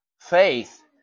Faith